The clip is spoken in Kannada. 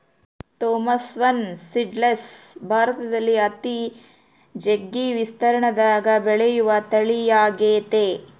ಥೋಮ್ಸವ್ನ್ ಸೀಡ್ಲೆಸ್ ಭಾರತದಲ್ಲಿ ಅತಿ ಜಗ್ಗಿ ವಿಸ್ತೀರ್ಣದಗ ಬೆಳೆಯುವ ತಳಿಯಾಗೆತೆ